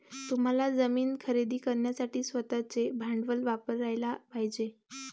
तुम्हाला जमीन खरेदी करण्यासाठी स्वतःचे भांडवल वापरयाला पाहिजे